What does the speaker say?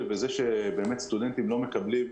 וזה שבאמת סטודנטים לא מקבלים,